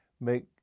make